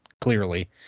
clearly